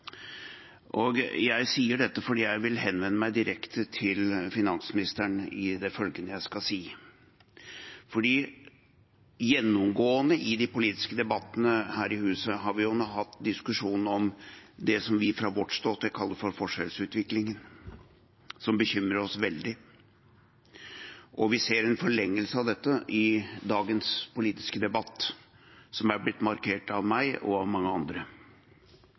politikken. Jeg sier dette fordi jeg vil henvende meg direkte til finansministeren i det følgende jeg skal si. Gjennomgående i de politiske debattene her i huset har vi hatt diskusjon om det som vi fra vårt ståsted kaller forskjellsutviklingen, og som bekymrer oss veldig. Vi ser en forlengelse av dette i dagens politiske debatt, som er blitt markert av meg og av mange andre.